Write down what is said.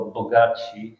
bogaci